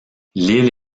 l’île